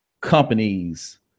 companies